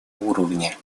уровня